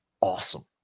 awesome